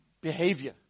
behavior